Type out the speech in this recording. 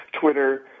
Twitter